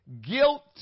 guilt